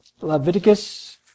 Leviticus